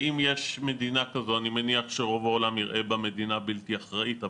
אם יש מדינה כזו אני מניח שרוב העולם יראה בה מדינה בלתי אחראית,